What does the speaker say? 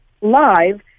live